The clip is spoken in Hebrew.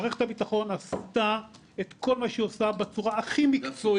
מערכת הביטחון עשתה את כל מה שהיא עושה בצורה הכי מקצועית,